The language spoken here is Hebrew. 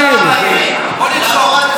אומרים: תאפשרו לנו לצאת ולעבוד.